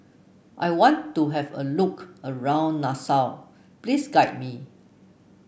I want to have a look around Nassau please guide me